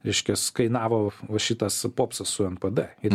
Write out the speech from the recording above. reiškias kainavo va šitas popsas su npd